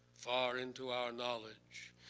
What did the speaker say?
far into our knowledge.